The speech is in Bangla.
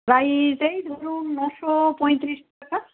প্রাইস এই ধরুন নশো পঁয়তিরিশ টাকা